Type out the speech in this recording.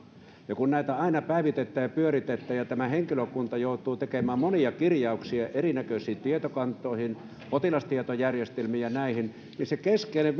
ja kun näitä aina päivitetään ja pyöritetään ja henkilökunta joutuu tekemään monia kirjauksia erinäköisiin tietokantoihin potilastietojärjestelmiin ja näihin niin se keskeinen